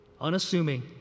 unassuming